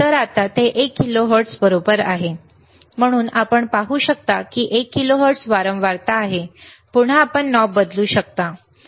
तर आता ते 1 किलोहर्ट्झ बरोबर आहे म्हणून आपण पाहू शकता की एक किलोहर्ट्झ वारंवारता आहे पुन्हा आपण नॉब बदलू शकता